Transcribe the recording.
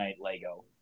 Lego